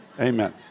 Amen